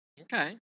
Okay